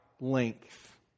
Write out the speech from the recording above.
length